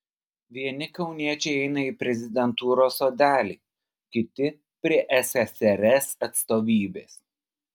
vieni kauniečiai eina į prezidentūros sodelį kiti prie ssrs atstovybės